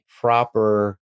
proper